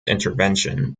intervention